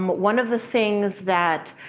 um one of the things that